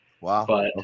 wow